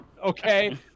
Okay